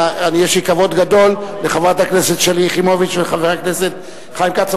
יש לי כבוד גדול לחברת הכנסת שלי יחימוביץ ולחבר הכנסת חיים כץ,